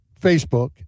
Facebook